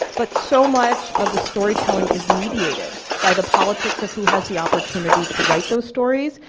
but so much of the storytelling is mediated by the politics of who has the opportunity to write those stories,